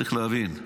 צריך להבין,